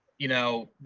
you know,